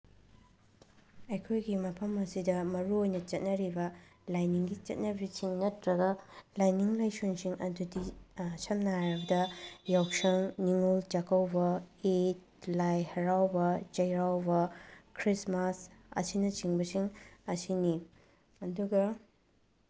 ꯑꯩꯈꯣꯏꯒꯤ ꯃꯐꯝ ꯑꯁꯤꯗ ꯃꯔꯨꯑꯣꯏꯅ ꯆꯠꯅꯔꯤꯕ ꯂꯥꯏꯅꯤꯡꯒꯤ ꯆꯠꯅꯕꯤꯁꯤꯡ ꯅꯠꯇ꯭ꯔꯒ ꯂꯥꯏꯅꯤꯡ ꯂꯥꯏꯁꯣꯟꯁꯤꯡ ꯑꯗꯨꯗꯤ ꯁꯝꯅ ꯍꯥꯏꯔꯕꯗ ꯌꯥꯎꯁꯪ ꯅꯤꯉꯣꯜ ꯆꯥꯛꯀꯧꯕ ꯏꯗ ꯂꯥꯏ ꯍꯔꯥꯎꯕ ꯆꯩꯔꯥꯎꯕ ꯈ꯭ꯔꯤꯁꯃꯥꯁ ꯑꯁꯤꯅꯆꯤꯡꯕꯁꯤꯡ ꯑꯁꯤꯅꯤ ꯑꯗꯨꯒ